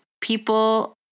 people